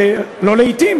לא לעתים,